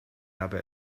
habe